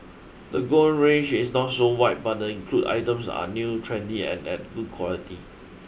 the gown range is not so wide but the include items are new trendy and at good quality